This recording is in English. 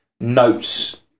notes